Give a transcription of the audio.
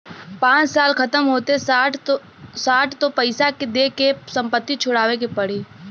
पाँच साल खतम होते साठ तो पइसा दे के संपत्ति छुड़ावे के पड़ी